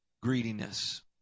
greediness